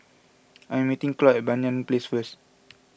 I am meeting Cloyd at Banyan Place first